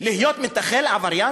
להיות מתנחל עבריין,